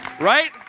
Right